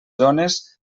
zones